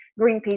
Greenpeace